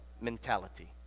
mentality